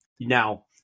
Now